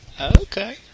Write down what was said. Okay